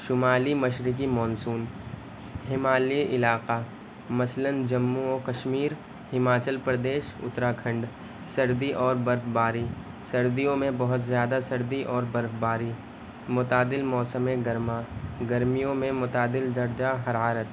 شمالی مشرقی مانسون ہمالی علاقہ مثلاََ جموں و کشمیر ہماچل پردیش اترا کھنڈ سردی اور برف باری سردیوں میں بہت زیادہ سردی اور برف باری متعدل موسم گرما گرمیوں میں متعدل درجہ حرارت